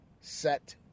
set